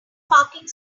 parking